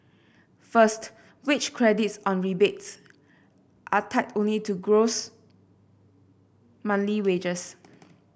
first wage credits or rebates are tied only to gross monthly wages